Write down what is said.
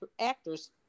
actors